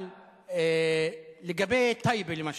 אבל לגבי טייבה למשל,